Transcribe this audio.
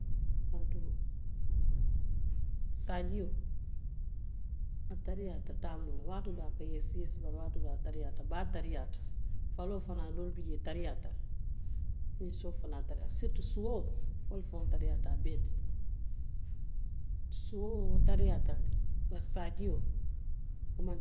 Kaatuŋ saajio a tarayaata taamoo la waatoo doo a ka yeesi yeesi le waatoo doo a tarayaata baa tarayaata faloo fanaŋ doo bijee a tarayaata, ninsoo fanaŋ tarayaata sirituu suo wo le faŋo tarayaata a bee ti, suo woo, wo tarayaata le bari saajio wo maŋ tarayaa.